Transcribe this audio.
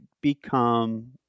become